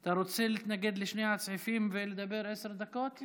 אתה רוצה להתנגד לשני הסעיפים ולדבר עשר דקות?